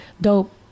dope